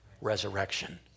resurrection